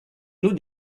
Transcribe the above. noue